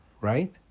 right